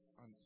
on